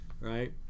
right